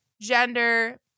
gender